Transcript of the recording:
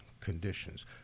conditions